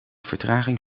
vertraging